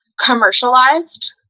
commercialized